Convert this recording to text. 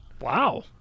Wow